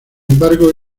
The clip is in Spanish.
embargo